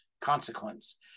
consequence